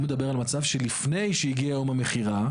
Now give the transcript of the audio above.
הוא מדבר על מצב של לפני שהגיע יום המכירה,